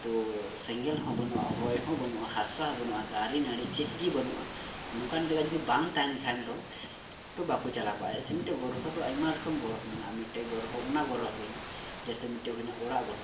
ᱛᱚ ᱥᱮᱸᱜᱮᱞ ᱦᱚᱸ ᱵᱟᱹᱱᱩᱜᱼᱟ ᱦᱚᱭ ᱦᱚᱸ ᱵᱟᱹᱱᱩᱜᱼᱟ ᱦᱟᱥᱟ ᱦᱚᱸ ᱵᱟᱹᱱᱩᱜᱼᱟ ᱫᱟᱨᱮ ᱱᱟᱹᱲᱤ ᱪᱮᱫ ᱜᱮ ᱵᱟᱹᱱᱩᱜᱼᱟ ᱚᱱᱠᱟᱱ ᱡᱟᱭᱜᱟ ᱡᱩᱫᱤ ᱵᱟᱝ ᱛᱟᱦᱮᱱ ᱠᱷᱟᱱ ᱫᱚ ᱛᱚ ᱵᱟᱠᱚ ᱪᱟᱞᱟᱣ ᱠᱚᱜᱼᱟ ᱡᱮᱥᱮ ᱢᱤᱫᱴᱮᱡ ᱜᱨᱚᱦᱚ ᱫᱚ ᱟᱭᱢᱟ ᱨᱚᱠᱚᱢ ᱜᱨᱚᱦᱚ ᱢᱮᱱᱟᱜᱼᱟ ᱢᱤᱫᱴᱮᱡ ᱜᱨᱚᱦᱚ ᱚᱱᱟ ᱜᱨᱚᱦᱚ ᱦᱩᱭᱱᱟ ᱡᱮᱥᱮ ᱢᱤᱫᱴᱮᱡ ᱦᱩᱭᱱᱟ ᱚᱲᱟᱜ ᱜᱨᱚᱦᱚ